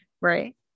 Right